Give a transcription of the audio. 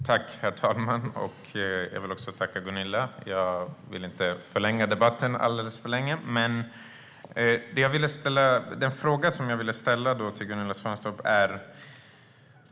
Herr talman! Jag vill inte förlänga debatten alldeles för mycket, men jag vill ställa en fråga till Gunilla Svantorp.